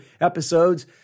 episodes